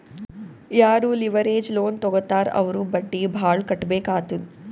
ಯಾರೂ leverage loan ತಗೋತ್ತಾರ್ ಅವ್ರು ಬಡ್ಡಿ ಭಾಳ್ ಕಟ್ಟಬೇಕ್ ಆತ್ತುದ್